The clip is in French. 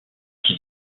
qui